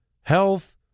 Health